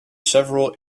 several